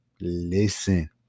Listen